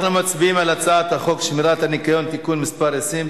אנחנו עוברים להצעת חוק שמירת הניקיון (תיקון מס' 20),